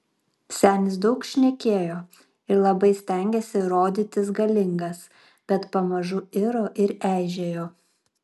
senis daug šnekėjo ir labai stengėsi rodytis galingas bet pamažu iro ir eižėjo